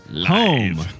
home